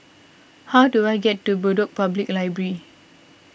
how do I get to Bedok Public Library